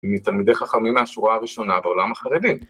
‫מתלמידי חכמים מהשורה הראשונה ‫בעולם החרדי